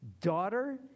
Daughter